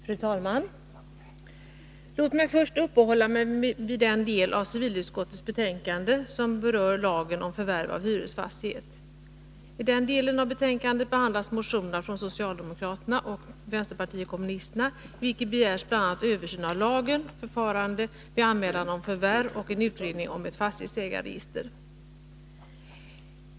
Fru talman! Låt mig först uppehålla mig vid den del av civilutskottets betänkande som berör lagen om förvärv av hyresfastighet. I denna del behandlas de motioner från socialdemokraterna och vänsterpartiet kommunisterna i vilka bl.a. begärs en översyn av lagen, förslag om förfarandet vid anmälan om förvärv och en utredning om ett fastighetsägarregister.